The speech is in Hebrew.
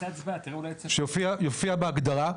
שזה יופיע בהגדרה.